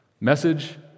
Message